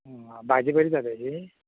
आं भाजी बरी जाता तेजी